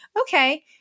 okay